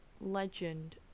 Legend